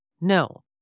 No